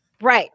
Right